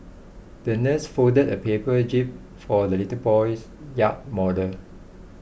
the nurse folded a paper jib for the little boy's yacht model